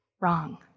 wrong